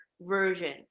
version